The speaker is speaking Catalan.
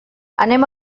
anem